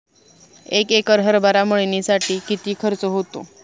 एक एकर हरभरा मळणीसाठी किती खर्च होतो?